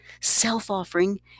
self-offering